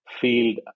field